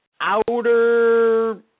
outer